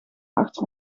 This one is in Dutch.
achter